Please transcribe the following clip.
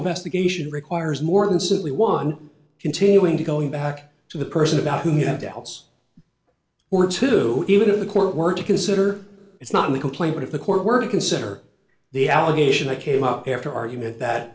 investigation requires more than simply one continuing to going back to the person about whom you have doubts or to even of the court were to consider it's not in the complaint but if the court were to consider the allegation i came up after argument that